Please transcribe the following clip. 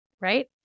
right